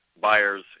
buyers